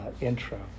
intro